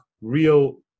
real